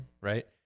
right